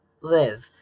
live